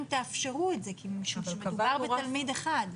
תאפשרו את זה משום שמדובר בתלמיד אחד.